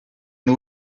nhw